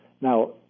Now